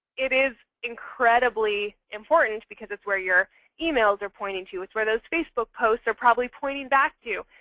it is incredibly important, because it's where your emails are pointing to. it's where those facebook posts are probably pointing back to.